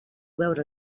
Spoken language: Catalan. veure